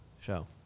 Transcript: show